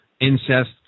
incest